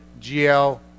GL